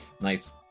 Nice